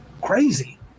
crazy